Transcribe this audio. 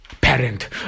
parent